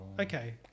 Okay